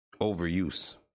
overuse